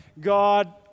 God